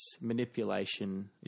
manipulation